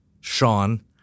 Sean